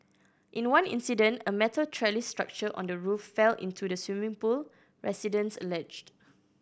in one incident a metal trellis structure on the roof fell into the swimming pool residents alleged